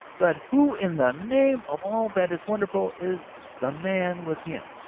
but who in the name of all that is wonderful is the man with him?